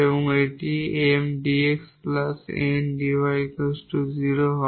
এবং এই 𝑀𝑑𝑥 𝑁𝑑𝑦 0 হয়